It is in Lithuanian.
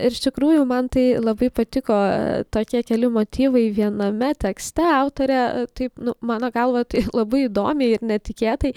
ir iš tikrųjų man tai labai patiko tokie keli motyvai viename tekste autorė taip nu mano galva tai labai įdomiai ir netikėtai